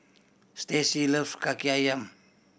Stacie loves Kaki Ayam